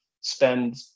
spend